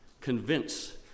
Convince